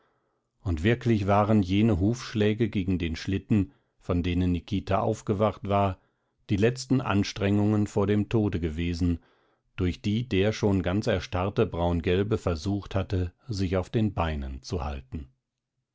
und wirklich waren jene hufschläge gegen den schlitten von denen nikita aufgewacht war die letzten anstrengungen vor dem tode gewesen durch die der schon ganz erstarrte braungelbe versucht hatte sich auf den beinen zu halten